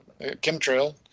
chemtrail